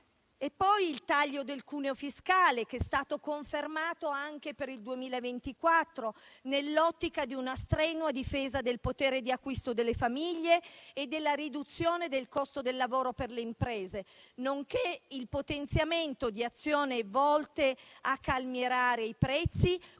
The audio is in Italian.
il taglio del cuneo fiscale è stato confermato anche per il 2024, nell'ottica di una strenua difesa del potere di acquisto delle famiglie e della riduzione del costo del lavoro per le imprese. E ancora il potenziamento di azioni volte a calmierare i prezzi,